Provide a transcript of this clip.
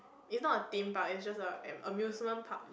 is not a Theme Park is just a an amusement park